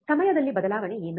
ಸಮಯದಲ್ಲಿ ಬದಲಾವಣೆ ಏನು